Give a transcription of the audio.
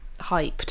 hyped